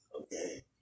okay